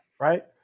right